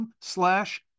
slash